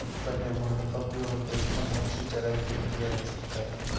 बंजर भूमि का उपयोग उद्देश्यपूर्ण ढंग से चराई के लिए किया जा सकता है